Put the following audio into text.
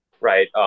right